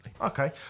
Okay